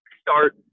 start –